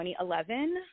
2011